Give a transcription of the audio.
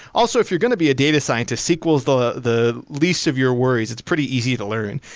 also, if you're going to be a data scientist, sql is the the least of your worries. it's pretty easy to learn,